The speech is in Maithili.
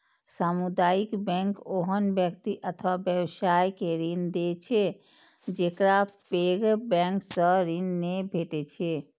सामुदायिक बैंक ओहन व्यक्ति अथवा व्यवसाय के ऋण दै छै, जेकरा पैघ बैंक सं ऋण नै भेटै छै